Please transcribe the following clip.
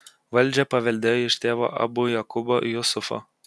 valdžią paveldėjo iš tėvo abu jakubo jusufo